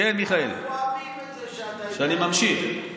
אנחנו אוהבים את זה שאתה בפיליבסטר.